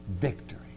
Victory